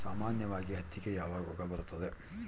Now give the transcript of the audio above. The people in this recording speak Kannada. ಸಾಮಾನ್ಯವಾಗಿ ಹತ್ತಿಗೆ ಯಾವ ರೋಗ ಬರುತ್ತದೆ?